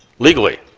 legally,